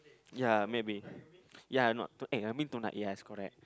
ya maybe ya not eh I mean tonight yes correct